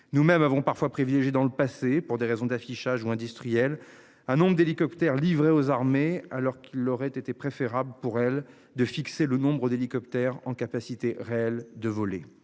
Nous avons parfois privilégiés dans le passé pour des raisons d'affichage ou industriels à nombre d'hélicoptères livrés aux armées, alors qu'il aurait été préférable pour elle de fixer le nombre d'hélicoptères en capacité réelle de voler.